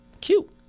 cute